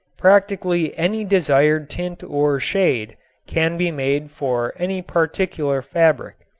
practically any desired tint or shade can be made for any particular fabric.